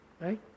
Right